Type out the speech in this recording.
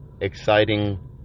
exciting